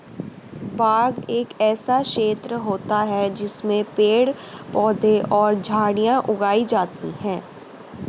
बाग एक ऐसा क्षेत्र होता है जिसमें पेड़ पौधे और झाड़ियां उगाई जाती हैं